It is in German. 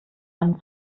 einem